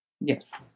Yes